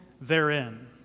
therein